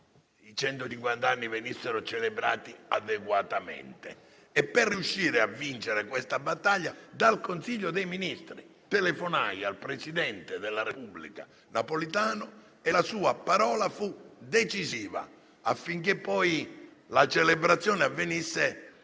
d'Italia venissero celebrati adeguatamente e per riuscire a vincere quella battaglia dal Consiglio dei ministri telefonai al presidente della Repubblica Napolitano e la sua parola fu decisiva affinché poi la celebrazione avvenisse con l'importanza